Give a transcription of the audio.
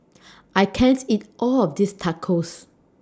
I can't eat All of This Tacos